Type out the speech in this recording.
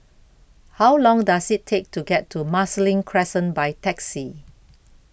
How Long Does IT Take to get to Marsiling Crescent By Taxi